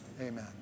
Amen